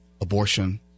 abortion